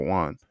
one